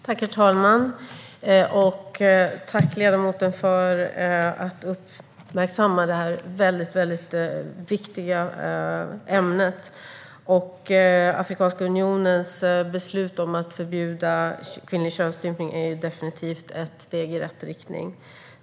Herr talman! Tack, ledamoten, för att hon uppmärksammar detta viktiga ämne! Afrikanska unionens beslut att förbjuda kvinnlig könsstympning är definitivt ett steg i rätt riktning.